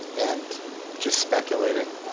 and just speculating,